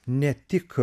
ne tik